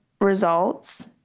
results